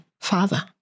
father